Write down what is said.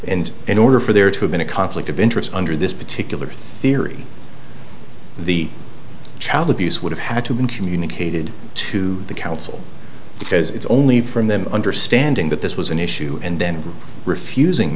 and in order for there to have been a conflict of interest under this particular theory the child abuse would have had to been communicated to the council because it's only from them understanding that this was an issue and then refusing